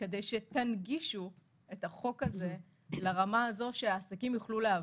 כדי שתנגישו את החוק הזה לרמה הזאת שהעסקים יוכלו להבין.